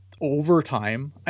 overtime